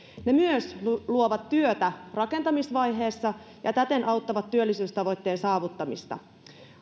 ne myös luovat työtä rakentamisvaiheessa ja täten auttavat työllisyystavoitteen saavuttamista